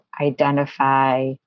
identify